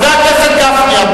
חבר הכנסת גפני.